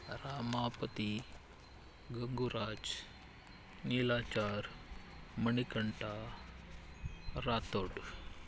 Ramapati Gangaraj Nilachar Manikanta Rathore